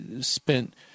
spent